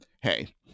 Hey